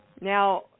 Now